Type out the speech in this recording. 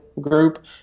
group